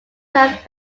plant